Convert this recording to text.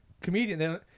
comedian